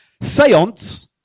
Seance